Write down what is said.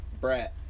brat